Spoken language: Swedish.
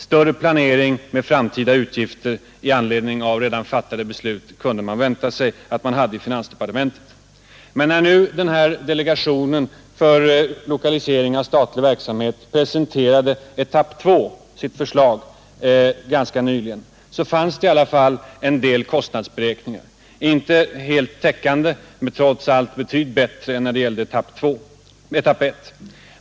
Större planering av framtida utgifter i anledning av redan fattade beslut kunde man vänta sig av finansdepartementet När nu delegationen för utlokalisering av statlig verksamhet presenterade sitt förslag till etapp 2, fanns det i alla fall en del kostnadsberäkningar, inte helt täckande men trots allt bättre än när det gällde etapp 1.